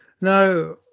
Now